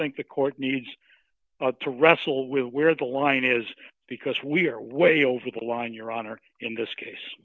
think the court needs to wrestle with where the line is because we're way over the line your honor in this case